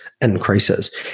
increases